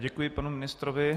Děkuji panu ministrovi.